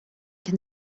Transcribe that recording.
can